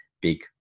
big